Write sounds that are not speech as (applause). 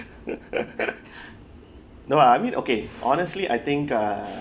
(laughs) (breath) no ah I mean okay honestly I think uh